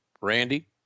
Randy